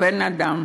בן-אדם,